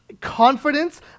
confidence